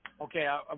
Okay